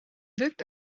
wirkt